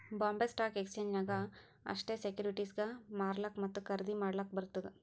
Bombay stock exchange ನಾಗ್ ಅಷ್ಟೇ ಸೆಕ್ಯೂರಿಟಿಸ್ಗ್ ಮಾರ್ಲಾಕ್ ಮತ್ತ ಖರ್ದಿ ಮಾಡ್ಲಕ್ ಬರ್ತುದ್